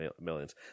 millions